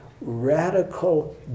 radical